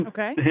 Okay